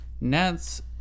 nets